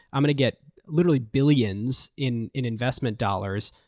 um going to get literally billions in in investment dollars.